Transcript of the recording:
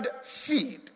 seed